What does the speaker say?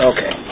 Okay